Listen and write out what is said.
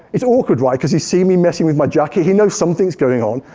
it's awkward right, because he's seen me messing with my jacket, he knows something's going on,